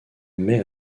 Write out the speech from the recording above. mai